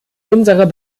unserer